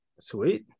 sweet